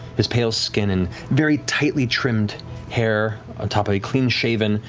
his pale skin and very tightly trimmed hair atop a clean-shaven,